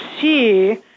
see